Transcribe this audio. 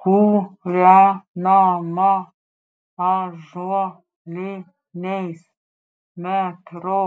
kūrenama ąžuoliniais metro